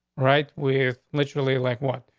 right? were literally like what?